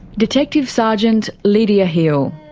detective sergeant lidia hill.